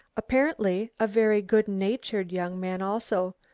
apparently a very good-natured young man also,